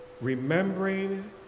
remembering